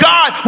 God